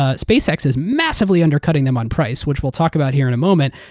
ah spacex is massively undercutting them on price, which we'll talk about here in a moment.